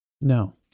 No